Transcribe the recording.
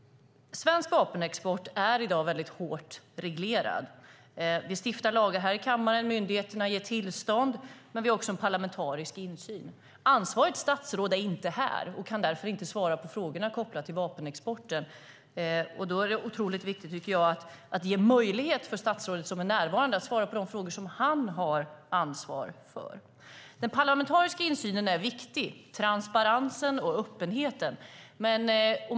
Svensk vapenexport är i dag mycket hårt reglerad. Vi stiftar lagar här i kammaren. Myndigheterna ger tillstånd. Men vi har också en parlamentarisk insyn. Ansvarigt statsråd är inte här och kan därför inte svara på frågorna kopplade till vapenexporten. Då tycker jag att det är otroligt viktigt att det statsråd som är närvarande ges möjlighet att svara på de frågor som han har ansvar för. Den parlamentariska insynen är viktig - transparensen och öppenheten.